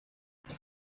álbum